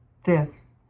this,